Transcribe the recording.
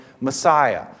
Messiah